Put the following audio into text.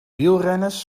wielrenners